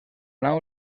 nau